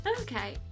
Okay